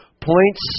points